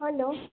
hello